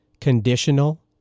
conditional